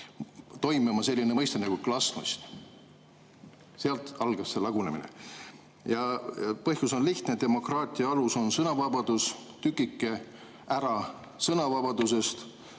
[tekkis] selline mõiste nagu glasnost. Siis algas see lagunemine. Põhjus on lihtne: demokraatia alus on sõnavabadus, tükike ära sõnavabadusest